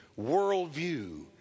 worldview